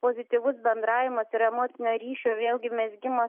pozityvus bendravimas ir emocinio ryšio vėlgi mezgimas